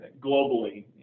globally